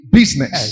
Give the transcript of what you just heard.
business